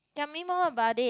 tell me more about it